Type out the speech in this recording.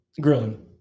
grilling